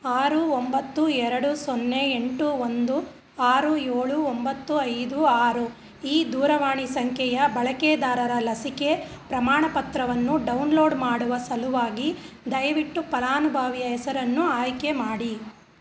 ಆರು ಒಂಬತ್ತು ಎರಡು ಸೊನ್ನೆ ಎಂಟು ಒಂದು ಆರು ಏಳು ಒಂಬತ್ತು ಐದು ಆರು ಈ ದೂರವಾಣಿ ಸಂಖ್ಯೆಯ ಬಳಕೆದಾರರ ಲಸಿಕೆ ಪ್ರಮಾಣ ಪತ್ರವನ್ನು ಡೌನ್ಲೋಡ್ ಮಾಡುವ ಸಲುವಾಗಿ ದಯವಿಟ್ಟು ಫಲಾನುಭವಿಯ ಹೆಸರನ್ನು ಆಯ್ಕೆ ಮಾಡಿ